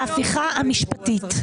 ההפיכה המשפטית.